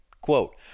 Quote